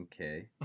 okay